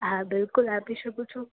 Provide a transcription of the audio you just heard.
હા બિલકુલ આપી શકું છું